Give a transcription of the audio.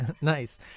Nice